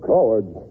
Cowards